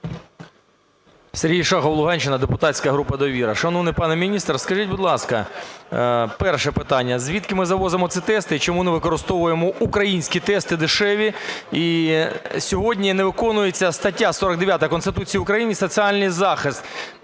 Сергій Шахов, Луганщина, депутатська група "Довіра". Шановний пане міністре, скажіть, будь ласка, перше питання: звідки ми завозимо ці тести і чому не використовуємо українські тести дешеві. І сьогодні не виконується стаття 49 Конституції України соціальний захист.